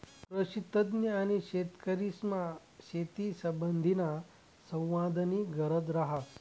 कृषीतज्ञ आणि शेतकरीसमा शेतीसंबंधीना संवादनी गरज रहास